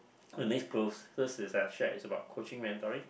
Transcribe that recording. the next closest is actually is about coaching mentoring